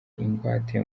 ingwate